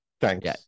Thanks